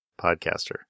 podcaster